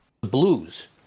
blues